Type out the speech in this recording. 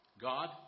God